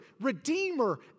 Redeemer